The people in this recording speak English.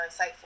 insightful